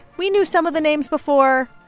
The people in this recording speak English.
we knew some of the names before.